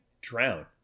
drown